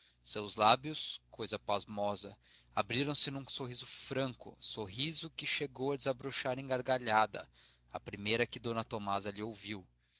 seus lábios coisa pasmosa abriram-se num sorriso franco sorriso que chegou a desabrochar em gargalhada a primeira que d tomásia lhe ouviu